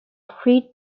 free